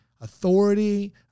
authority